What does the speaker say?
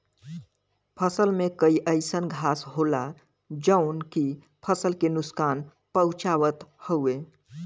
फसल में कई अइसन घास होला जौन की फसल के नुकसान पहुँचावत हउवे